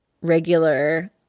regular